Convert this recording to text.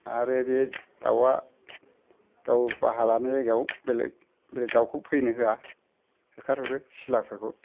आरो बे दाउआ गाव बाहा लानाय जायगायाव बेलेग दाउखौ फैनो होआ होखार हरो सिलाफोरखौ